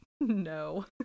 No